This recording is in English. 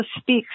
speak